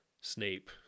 Snape